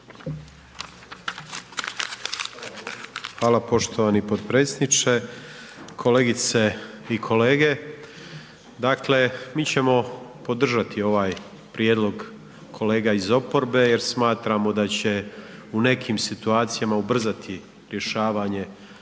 Hvala poštovani potpredsjedniče, kolegice i kolege, dakle, mi ćemo podržati ovaj prijedlog kolega iz oporbe jer smatramo da će u nekim situacijama ubrzati rješavanje